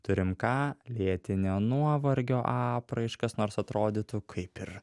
turim ką lėtinio nuovargio apraiškas nors atrodytų kaip ir